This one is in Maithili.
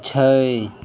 छओ